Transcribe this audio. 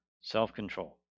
Self-control